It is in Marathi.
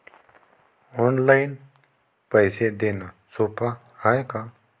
ऑनलाईन पैसे देण सोप हाय का?